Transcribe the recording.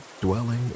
dwelling